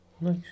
Nice